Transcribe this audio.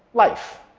life.